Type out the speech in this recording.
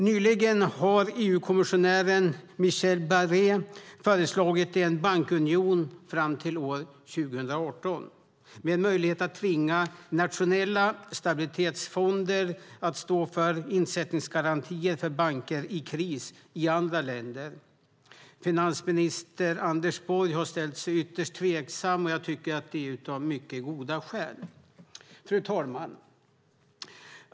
Nyligen har EU-kommissionären Michel Barnier föreslagit en bankunion fram till 2018, med möjlighet att tvinga nationella stabilitetsfonder att stå för insättningsgarantier för banker i kris i andra länder. Finansminister Anders Borg har ställt sig ytterst tveksam, och jag tycker att det är av mycket goda skäl. Fru talman!